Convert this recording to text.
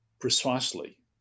precisely